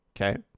Okay